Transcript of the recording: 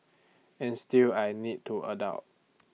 and still I need to adult